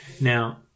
Now